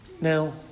Now